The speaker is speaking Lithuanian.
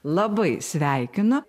labai sveikinu